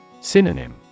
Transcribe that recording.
Synonym